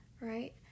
right